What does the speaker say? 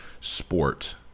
sport